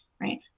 right